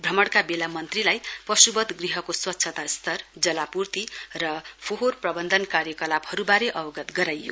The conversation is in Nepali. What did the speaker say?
भ्रमणका वेला मन्त्रीलाई पशुवध गृहको स्वच्छता स्तर जलापुर्ति र फोहोर प्रन्नधन कार्यकलापहरुवारे अवगत गराइयो